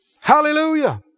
Hallelujah